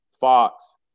Fox